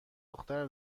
دختر